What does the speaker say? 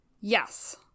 Yes